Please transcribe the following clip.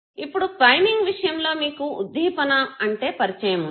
ఇప్పుడు ప్రైమింగ్ విషయం లో మీకు ఉద్దీపన అంటే పరిచయం వుంది